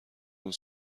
مگه